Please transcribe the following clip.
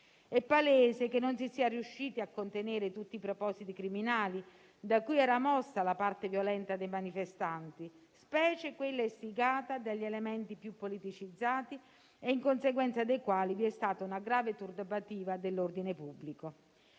È palese che non si sia riusciti a contenere tutti i propositi criminali da cui era mossa la parte violenta dei manifestanti, specie quella istigata dagli elementi più politicizzati e in conseguenza dei quali vi è stata una grave turbativa dell'ordine pubblico.